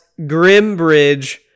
Grimbridge